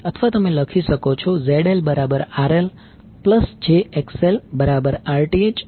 અથવા તમે લખી શકો છો ZL RL jXL Rth jXth છે